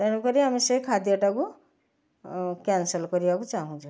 ତେଣୁ କରି ଆମେ ସେ ଖାଦ୍ୟ ଟାକୁ କ୍ୟାନସଲ କରିବାକୁ ଚାହୁଁଛୁ